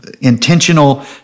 intentional